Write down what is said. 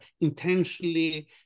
intentionally